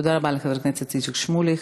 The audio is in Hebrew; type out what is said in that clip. תודה רבה לחבר הכנסת איציק שמולי.